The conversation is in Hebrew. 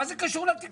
מה זה קשור לתקצוב?